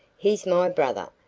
he's my brother,